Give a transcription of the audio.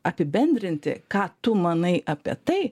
apibendrinti ką tu manai apie tai